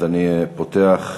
אני פותח,